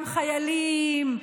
גם חיילים,